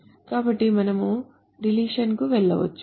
కాబట్టి మనము డిలేషన్ కు వెళ్లవచ్చు